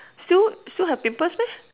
still still have pimples meh